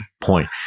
point